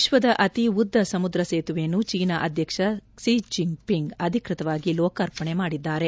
ವಿಶ್ವದ ಅತಿ ಉದ್ದ ಸಮುದ್ರ ಸೇತುವೆಯನ್ನು ಚೀನಾ ಅಧ್ಯಕ್ಷ ಕ್ಷಿ ಜಿಂಗ್ ಪಿಂಗ್ ಅಧಿಕೃತವಾಗಿ ಲೋಕಾರ್ಪಣೆ ಮಾಡಿದ್ದಾರೆ